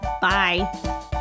bye